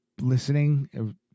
listening